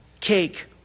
cake